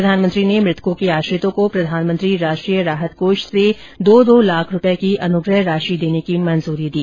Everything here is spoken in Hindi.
प्रधानमंत्री ने मृतकों के आश्रितों को प्रधानमंत्री राष्ट्रीय राहत कोष से दो दो लाख रुपये अनुग्रह राशि देने की मंजूरी दी